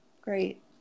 Great